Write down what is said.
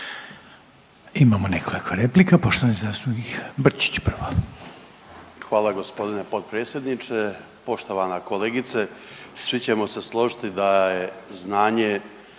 Imamo nekoliko replika. Poštovani zastupnik Brčić prvo. **Brčić, Luka (HDZ)** Hvala g. potpredsjedniče, poštovana kolegice. Svi ćemo se složiti da je znanje